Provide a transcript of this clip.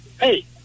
hey